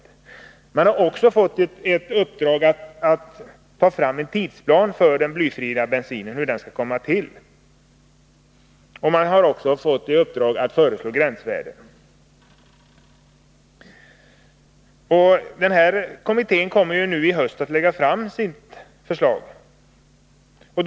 Bilavgaskommittén har dessutom fått i uppdrag att ta fram en tidsplan hur vi skall få blyfri bensin och att föreslå gränsvärden. Kommittén avser att lägga fram sina förslag i höst.